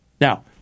Now